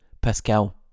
Pascal